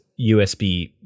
USB